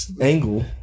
angle